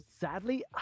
sadly